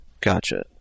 Gotcha